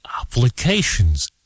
applications